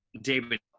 David